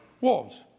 wolves